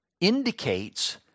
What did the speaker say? indicates